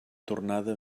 tornada